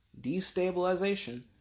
Destabilization